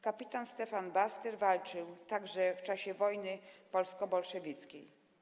Kpt. Stefan Bastyr walczył także w czasie wojny polsko-bolszewickiej.